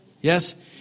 Yes